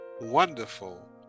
wonderful